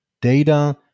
data